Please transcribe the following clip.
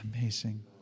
Amazing